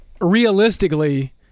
Realistically –